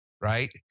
Right